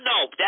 nope